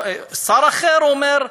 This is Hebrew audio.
שר אחר אומר: